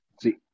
See